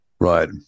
right